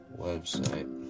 website